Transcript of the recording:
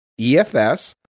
EFS